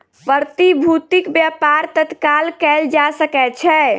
प्रतिभूतिक व्यापार तत्काल कएल जा सकै छै